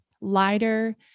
lighter